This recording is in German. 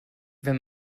wenn